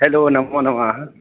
hello नमो नमः